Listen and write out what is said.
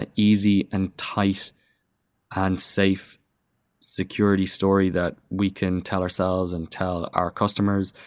and easy and tight and safe security story that we can tell ourselves and tell our customers.